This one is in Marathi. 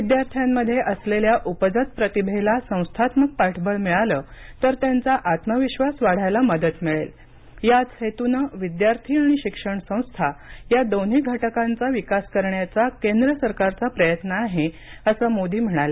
विद्यार्थ्यामध्ये असलेल्या उपजत प्रतिभेला संस्थात्मक पाठबळ मिळालं तर त्याचा आत्मविश्वास वाढायला मदत मिळेल याच हेतूनं विद्यार्थी आणि शिक्षण संस्था या दोन्ही घटकांचा विकास करण्याचा केंद्र सरकारचा प्रयत्न आहे असं मोदी म्हणाले